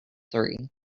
three